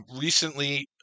recently